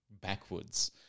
backwards